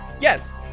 yes